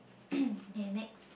okay next